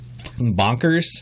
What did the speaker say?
bonkers